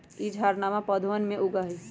ई झाड़नमा पौधवन में उगा हई